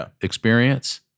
experience